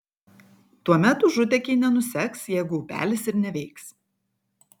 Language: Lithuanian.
tuomet užutėkiai nenuseks jeigu upelis ir neveiks